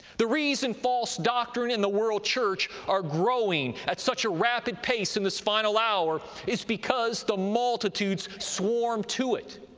the reason false doctrine and the world church are growing at such a rapid pace in this final hour is because the multitudes swarm to it,